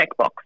checkbox